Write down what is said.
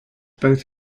both